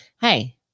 Hey